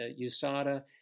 USADA